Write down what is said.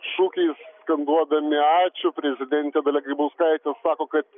šūkiais skanduodami ačiū prezidentė dalia grybauskaitė sako kad